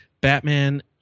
Batman